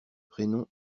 prénoms